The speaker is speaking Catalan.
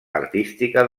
artística